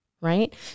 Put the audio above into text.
right